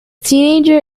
teenager